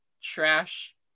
trash